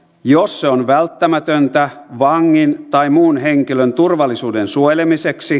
jos se on välttämätöntä vangin tai muun henkilön turvallisuuden suojelemiseksi